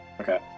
Okay